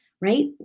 right